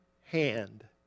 hand